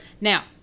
now